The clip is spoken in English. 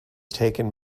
taken